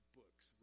books